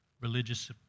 religious